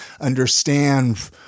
understand